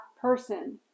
person